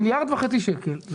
מיליארד וחצי שקלים,